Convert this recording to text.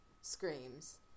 screams